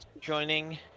joining